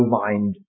mind